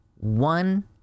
One